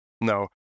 no